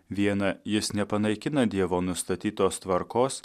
viena jis nepanaikina dievo nustatytos tvarkos